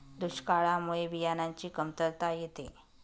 दुष्काळामुळे बियाणांची कमतरता येते